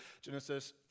Genesis